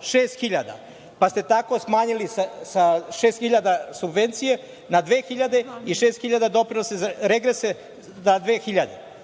6.000, pa ste tako smanjili sa 6.000 subvencije na 2.000 i 6.000 doprinose za regrese na 2.000,